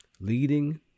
Leading